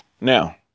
Now